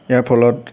ইয়াৰ ফলত